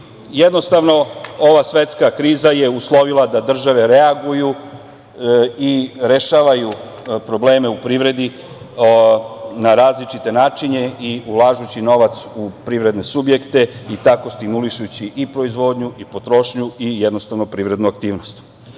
Jednostavno, ova svetska kriza je uslovila da države reaguju i rešavaju probleme u privredi na različite načine i ulažući novac u privredne subjekte i tako stimulišući i proizvodnju i potrošnju i jednostavno privrednu